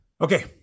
Okay